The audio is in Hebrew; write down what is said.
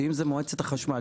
אם זה במועצת החשמל,